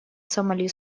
сомали